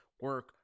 Work